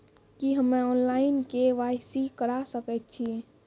की हम्मे online, KYC करा सकैत छी?